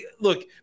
look